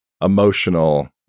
emotional